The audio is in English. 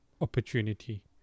opportunity